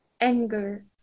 anger